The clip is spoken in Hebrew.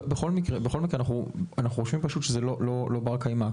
בכל מקרה, אנחנו חושבים שזה לא בר קיימא.